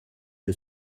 que